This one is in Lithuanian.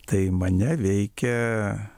tai mane veikia